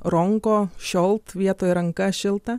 ronko šiolt vietoj ranka šilta